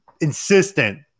insistent